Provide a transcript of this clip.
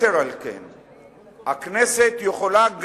הכנסת יכולה,